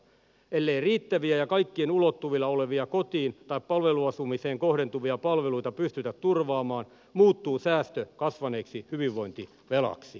ellei riittäviä ja kaikkien ulottuvilla olevia kotiin tai palveluasumiseen kohdentuvia palveluita pystytä turvaamaan muuttuu säästö kasvaneeksi hyvinvointivelaksi